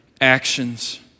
actions